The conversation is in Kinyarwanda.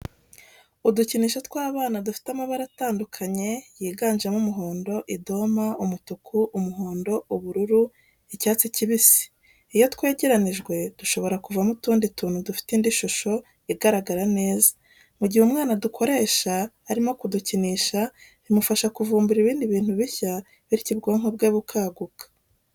Udukinisho tw'abana dufite amabara atandukanye yiganjemo umuhondo, idoma, umutuku, umuhondo, ubururu, icyatsi kibisi, iyo twegeranyijwe dushobora kuvamo utundi tuntu dufite indi shusho igaragara neza, mu gihe umwana adukoresha arimo kudukinisha bimufasha kuvumbura ibindi bintu bishya bityo ubwonko bwe bukaguka.